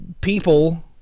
people